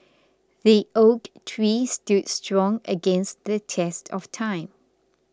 the oak tree stood strong against the test of time